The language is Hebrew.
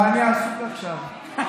אני עסוק עכשיו.